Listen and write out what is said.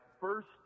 first